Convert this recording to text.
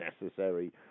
necessary